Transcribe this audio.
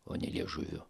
o ne liežuviu